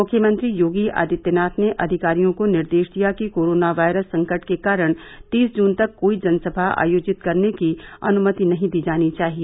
मुख्यमंत्री योगी आदित्यनाथ ने अधिकारियों को निर्देश दिया कि कोरोना वायरस संकट के कारण तीस जुन तक कोई जनसभा आयोजित करने की अनुमति नहीं दी जानी चाहिए